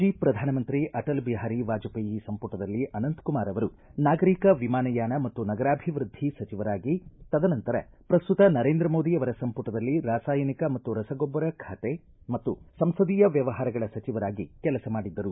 ಮಾಜಿ ಪ್ರಧಾನಮಂತ್ರಿ ಅಟಲ್ ಬಿಹಾರಿ ವಾಜಪೇಯಿ ಸಂಪುಟದಲ್ಲಿ ಅನಂತ್ಕುಮಾರ್ ಅವರು ನಾಗರಿಕ ವಿಮಾನಯಾನ ಮತ್ತು ನಗರಾಭಿವೃದ್ಧಿ ಸಚಿವರಾಗಿ ತದನಂತರ ಪ್ರಸ್ತುತ ನರೇಂದ್ರ ಮೋದಿ ಅವರ ಸಂಪುಟದಲ್ಲಿ ರಾಸಾಯನಿಕ ಮತ್ತು ರಸಗೊಬ್ಬರ ಖಾತೆ ಮತ್ತು ಸಂಸದೀಯ ವ್ಯವಹಾರಗಳ ಸಚಿವರಾಗಿ ಅವರು ಕೆಲಸ ಮಾಡಿದ್ದರು